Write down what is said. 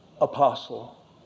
apostle